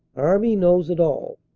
army knows it all,